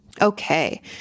Okay